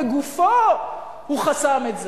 בגופו הוא חסם את זה.